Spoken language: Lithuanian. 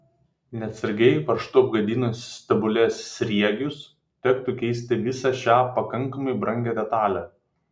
neatsargiai varžtu apgadinus stebulės sriegius tektų keisti visą šią pakankamai brangią detalę